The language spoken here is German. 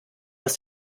aus